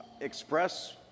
express